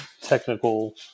technical